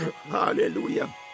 Hallelujah